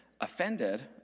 offended